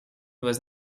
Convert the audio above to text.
was